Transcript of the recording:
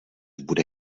bude